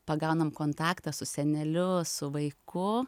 pagaunam kontaktą su seneliu su vaiku